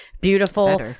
Beautiful